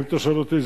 אם אתה שואל אותי,